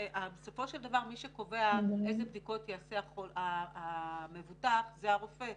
בסופו של דבר מי שקובע איזה בדיקות יעשה המבוטח זה הרופא,